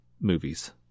movies